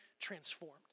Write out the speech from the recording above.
transformed